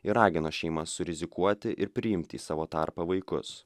ir ragino šeimas surizikuoti ir priimti į savo tarpą vaikus